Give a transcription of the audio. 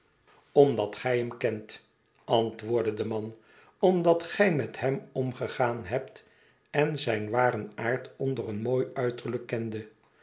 omdat gij hem kendet antwoordde de man omdat gij met hem omgegaan hebt en zijn waren aard onder een mooi uiterlijk kendet